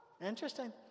Interesting